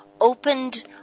opened